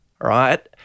right